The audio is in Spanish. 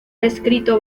escrito